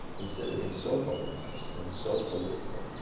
instead of being so polarized and so political